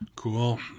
Cool